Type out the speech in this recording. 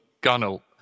Gunnel